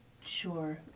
sure